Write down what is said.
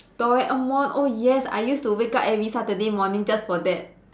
Doraemon oh yes I used to wake up every Saturday morning just for that